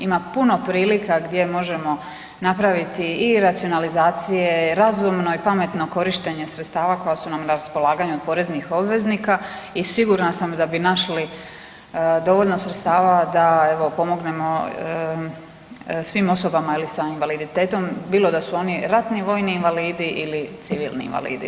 Ima puno prilika gdje možemo napraviti i racionalizacije, razumno i pametno korištenje sredstava koja su nam na raspolaganju od poreznih obveznika i sigurna sam da bi našli dovoljno sredstava da evo, pomognemo svim osobama ili sa invaliditetom, bilo da su oni ratni vojni invalidi ili civilni invalidi.